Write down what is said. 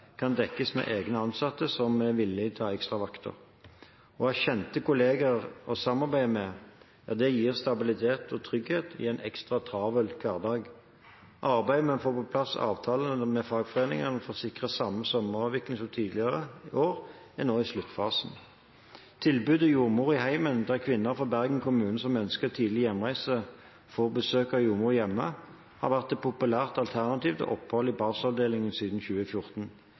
kan dekkes med egne ansatte som er villige til å ta ekstravakter. Å ha kjente kolleger å samarbeide med gir stabilitet og trygghet i en ekstra travel hverdag. Arbeidet med å få på plass avtaler med fagforeningene for å sikre samme sommeravvikling som tidligere år, er nå i sluttfasen. Tilbudet «Jordmor i heimen» – der kvinner fra Bergen kommune som ønsker tidlig hjemreise, får besøk av jordmor hjemme – har vært et populært alternativ til opphold i barselavdelingen siden 2014.